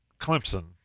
Clemson